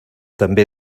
també